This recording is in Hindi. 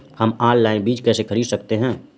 हम ऑनलाइन बीज कैसे खरीद सकते हैं?